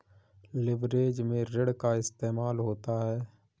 leverage में ऋण का इस्तेमाल होता है